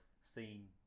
seen